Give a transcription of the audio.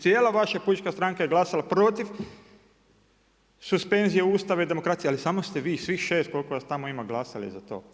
Cijela vaša pučka stranka je glasala protiv suspenzije Ustava i demokracije, ali samo ste vi svih 6 koliko vas tamo ima glasali za to.